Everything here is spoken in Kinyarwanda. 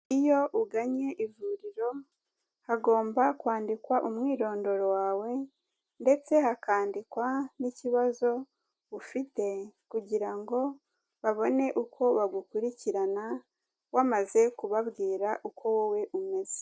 Iyo ugannye ivuriro, hagomba kwandikwa umwirondoro wawe, ndetse hakandikwa n'ikibazo ufite kugira ngo babone uko bagukurikirana, wamaze kubabwira uko wowe umeze.